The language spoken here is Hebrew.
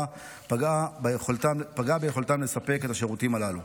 פגעה ביכולתם לספק את השירותים הללו.